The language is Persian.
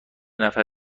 نفر